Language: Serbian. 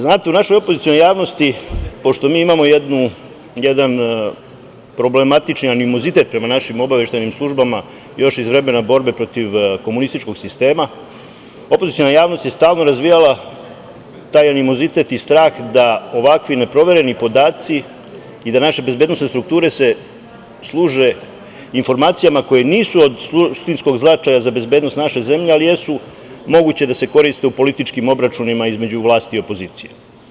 Znate, u našoj opozicionoj javnosti, pošto mi imamo jedan problematičan animozitet prema našim obaveštajnim službama još iz vremena borbe protiv komunističkog sistema, opoziciona javnost je stalno razvijala taj animozitet i strah da ovakvi neprovereni podaci i da se naše bezbednosne strukture služe informacijama koje nisu od suštinskog značaja za bezbednost naše zemlje, ali jesu moguće da se koriste u političkim obračunima između vlasti i opozicije.